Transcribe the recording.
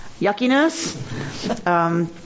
yuckiness